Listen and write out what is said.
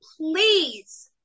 please